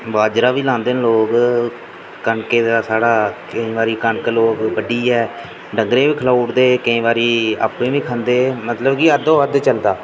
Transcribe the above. बाजरा बी लांदे न लोक कनके दा साढा केईं बारी कनक लोक बड्ढियै डंगरें बी खलाई ओड़दे केईं बारी आपें बी खंदे मतलब कि अद्धो अद्ध चलदा